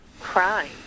crime